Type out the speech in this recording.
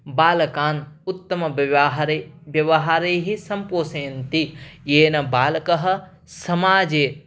बालकान् उत्तमव्यवहारेण व्यवहारेण सम्पोषयन्ति येन बालकः समाजे